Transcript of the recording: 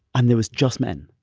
and there was just men.